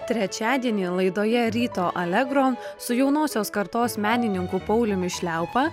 trečiadienį laidoje ryto alegro su jaunosios kartos menininku pauliumi šliaupa